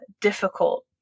difficult